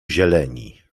zieleni